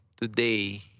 today